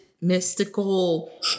mystical